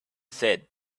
said